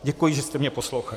Děkuji, že jste mě poslouchali.